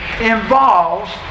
involves